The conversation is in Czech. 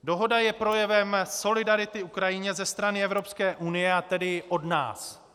Dohoda je projevem solidarity Ukrajině ze strany Evropské unie, a tedy i od nás.